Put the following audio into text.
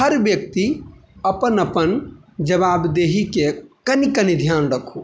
हर व्यक्ति अपन अपन जवाबदेहीके कनि कनि ध्यान रखू